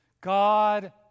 God